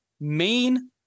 main